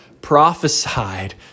prophesied